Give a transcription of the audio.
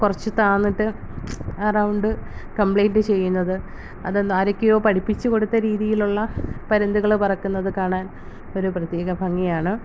കുറച്ച് താന്നിട്ട് ആ റൗണ്ട് കംപ്ലീറ്റ് ചെയ്യുന്നത് അതൊന്നു ആരൊക്കെയോ പഠിപ്പിച്ച് കൊടുത്ത രീതീയിലുള്ള പരുന്തുകള് പറക്കുന്നത് കാണാൻ ഒരു പ്രത്യേക ഭംഗിയാണ്